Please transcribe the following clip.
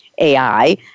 AI